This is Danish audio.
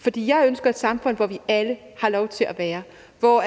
For jeg ønsker et samfund, hvor vi alle har lov til at være, hvor